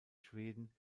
schweden